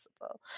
possible